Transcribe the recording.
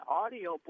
audio